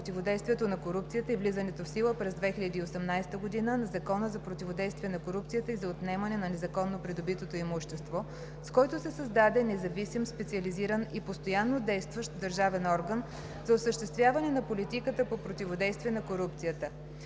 противодействието на корупцията и влизането в сила през 2018 г. на Закона за противодействие на корупцията и за отнемане на незаконно придобитото имущество, с който се създаде независим, специализиран и постоянно действащ държавен орган за осъществяване на политиката по противодействие на корупцията.